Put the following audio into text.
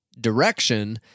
direction